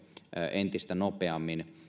entistä nopeammin